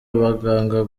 abaganga